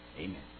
amen